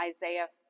Isaiah